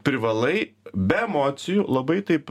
privalai be emocijų labai taip